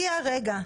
הגיע הרגע,